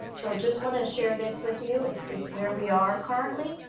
so just want to share this with you. it's it's where we are currently.